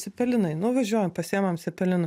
cepelinai nuvažiuojam pasiimam cepelinų